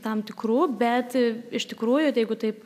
tam tikrų bet iš tikrųjų tai jeigu taip